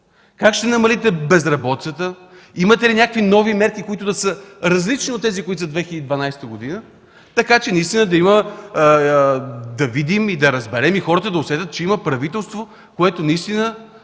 Как ще намалите безработицата? Имате ли някакви нови мерки, които да са различни от тези за 2012 г., така че наистина да видим, да разберем и хората да усетят, че има правителство, което разбира